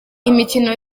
imikino